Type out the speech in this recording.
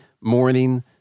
morning